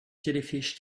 jellyfish